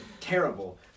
terrible